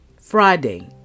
Friday